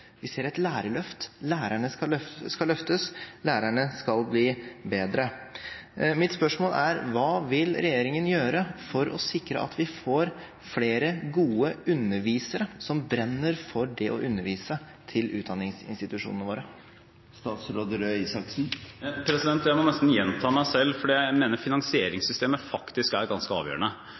Vi ser et lærerløft, lærerne skal løftes, lærerne skal bli bedre. Mitt spørsmål er: Hva vil regjeringen gjøre for å sikre at vi får flere gode undervisere som brenner for det å undervise, til utdanningsinstitusjonene våre? Jeg må nesten gjenta meg selv, for jeg mener finansieringssystemet faktisk er ganske avgjørende.